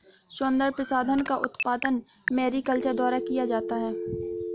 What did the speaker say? सौन्दर्य प्रसाधन का उत्पादन मैरीकल्चर द्वारा किया जाता है